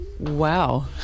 Wow